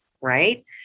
right